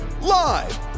Live